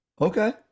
Okay